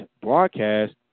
broadcast